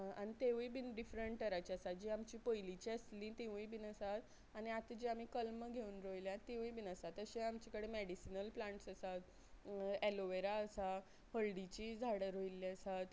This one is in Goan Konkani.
आनी तेवूय बीन डिफरंट तराची आसा जी आमची पयलीची आसली तिवूय बीन आसात आनी आतां जी आमी कल्म घेवन रोयल्या तिवूय बीन आसा तशे आमचे कडेन मॅडिसिनल प्लांट्स आसात एलोवेरा आसा हळडीची झाडां रोयिल्ली आसात